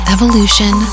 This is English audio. Evolution